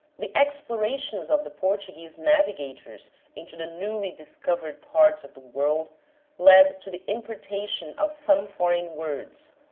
the explorations of the portuguese navigators into the newly dis covered parts of the world led to the importation of some foreign words,